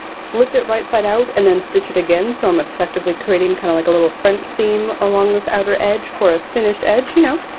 flip it right side out, and then stitch it again, so i'm effectively creating kind of like a little french seam along this outer edge for a finished edge. you know,